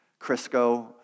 Crisco